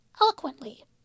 eloquently